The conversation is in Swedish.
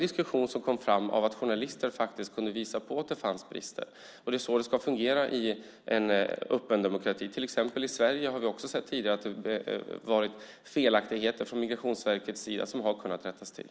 Diskussionen uppstod faktiskt för att journalister kunde visa att det fanns brister. Det är så det ska fungera i en öppen demokrati. Även i Sverige har vi tidigare sett att det gjorts felaktigheter från Migrationsverkets sida, vilka sedan kunnat rättas till.